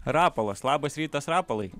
rapolas labas rytas rapolai